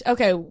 Okay